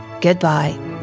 goodbye